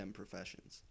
professions